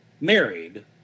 married